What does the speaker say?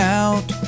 out